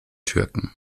türken